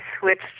switched